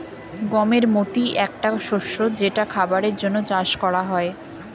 গমের মতি একটা শস্য যেটা খাবারের জন্যে চাষ করা হয়